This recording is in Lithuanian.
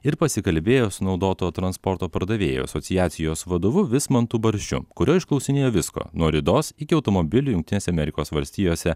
ir pasikalbėjo su naudoto transporto pardavėjų asociacijos vadovu vismantu barščiu kurio išklausinėjo visko nuo ridos iki automobilių jungtinėse amerikos valstijose